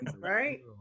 right